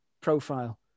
profile